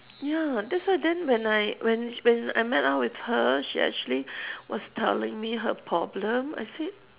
ya that's why then when I sh~ when when I met up with her she actually was telling me her problem I said